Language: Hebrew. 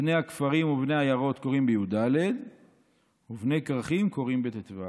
"בני הכפרים ובני עיירות קוראין בי"ד ובני כרכין קוראין בט"ו".